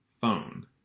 phone